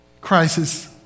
crisis